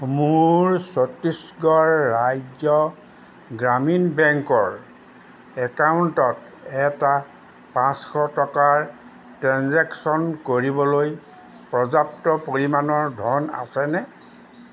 মোৰ ছত্তিশগড় ৰাজ্য গ্ৰামীণ বেংকৰ একাউণ্টত এটা পাঁচশ টকাৰ ট্ৰেঞ্জেকশ্য়ন কৰিবলৈ পৰ্যাপ্ত পৰিমাণৰ ধন আছেনে